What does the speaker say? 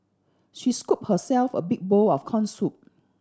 she scooped herself a big bowl of corn soup